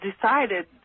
decided